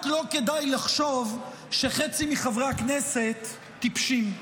רק לא כדאי לחשוב שחצי מחברי הכנסת טיפשים.